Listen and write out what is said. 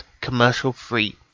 commercial-free